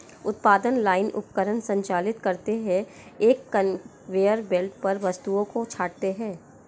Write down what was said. उत्पादन लाइन उपकरण संचालित करते हैं, एक कन्वेयर बेल्ट पर वस्तुओं को छांटते हैं